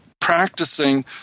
practicing